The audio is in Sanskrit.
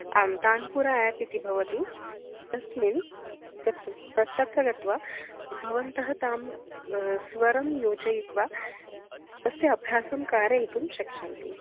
आं तान्पुरा एप् इति भवति तस्मिन् गत्तु तत्र गत्वा भवन्तः तां स्वरं योजयित्वा तस्य अभ्यासं कारयितुं शक्ष्यन्ति